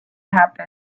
happen